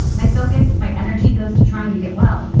my focus, my energy goes to trying to get well,